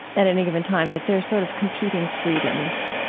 at any given time, that there are sort of competing freedoms.